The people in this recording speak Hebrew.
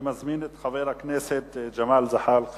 אני מזמין את חבר הכנסת ג'מאל זחאלקה.